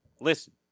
Listen